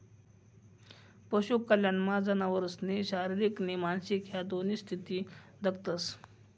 पशु कल्याणमा जनावरसनी शारीरिक नी मानसिक ह्या दोन्ही स्थिती दखतंस